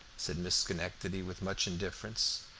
said miss schenectady with much indifference.